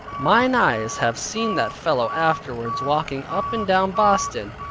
mine eyes have seen that fellow afterwards walking up and down boston,